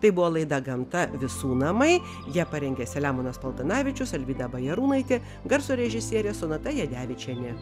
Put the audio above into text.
tai buvo laida gamta visų namai ją parengė selemonas paltanavičius alvyda bajarūnaitė garso režisierė sonata jadevičienė